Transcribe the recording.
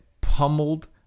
pummeled